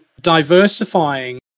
diversifying